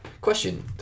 Question